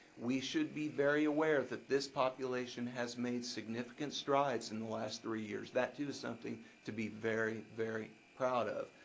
we should be very aware that this population has made significant strides in the last three years. that is something to be very very proud of.